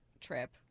trip